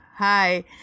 Hi